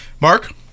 Mark